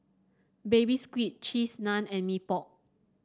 Baby Squid Cheese Naan and Mee Pok